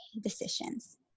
decisions